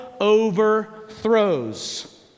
overthrows